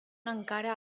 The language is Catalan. encara